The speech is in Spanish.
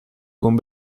con